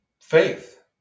faith